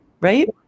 right